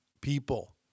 people